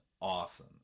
awesome